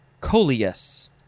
coleus